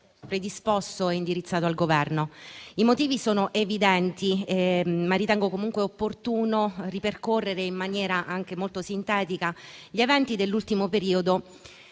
predisposto e indirizzato al Governo. I motivi sono evidenti, ma ritengo comunque opportuno ripercorrere in maniera anche molto sintetica gli eventi dell'ultimo periodo,